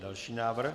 Další návrh?